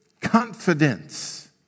confidence